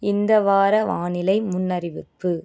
இந்த வார வானிலை முன்னறிவிப்பு